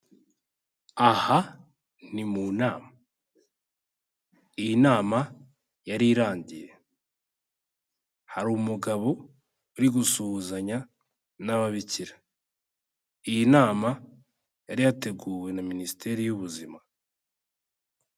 Aha ni mu nama, iyi nama yari irangiye, hari umugabo uri gusuhuzanya n'ababikira, iyi nama yari yateguwe na Minisiteri y'Ubuzima.